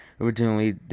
originally